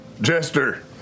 Jester